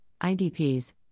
IDPs